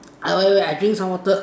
I wait wait I drink some water